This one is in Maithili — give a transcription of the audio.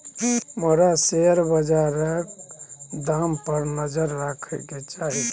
तोरा शेयर बजारक दाम पर नजर राखय केँ चाही